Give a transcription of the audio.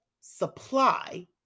supply